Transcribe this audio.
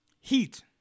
Heat